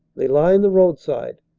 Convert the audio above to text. they line the roadside,